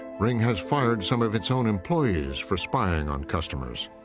ring has fired some of its own employees for spying on customers.